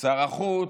שר החוץ,